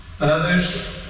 Others